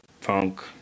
funk